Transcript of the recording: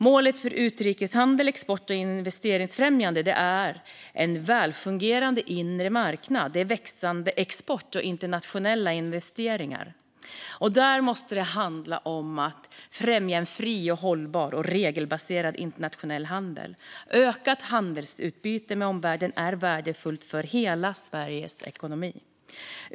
Målet för utrikeshandel och export och investeringsfrämjande är en välfungerande inre marknad, växande export och internationella investeringar. Där måste det handla om att främja en fri, hållbar och regelbaserad internationell handel. Ökat handelsutbyte med omvärlden är värdefullt för hela Sveriges ekonomi.